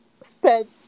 spent